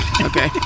Okay